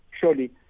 surely